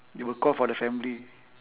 they will call for the family